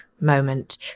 moment